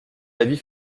avis